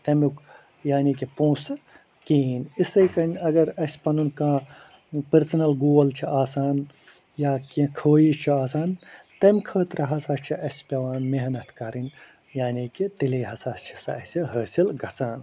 تَمیُک یعنی کہِ پونٛسہٕ کِہیٖنۍ اسَے کٔنۍ اگر اَسہِ پنُن کانٛہہ پٔرسنل گول چھِ آسان یا کیٚنٛہہ خٲیِش چھِ آسان تمہِ خٲطرٕ ہَسا چھِ اَسہِ پٮ۪وان محنت کَرٕنۍ یعنی کہِ تیٚلے ہسا چھِ سا اَسہِ حٲصِل گَژھان